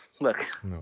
Look